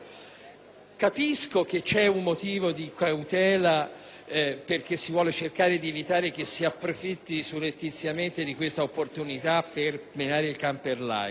Capisco che c'è un motivo di cautela perché si vuole evitare che ci si approfitti surrettiziamente di questa opportunità per menare il can per l'aia.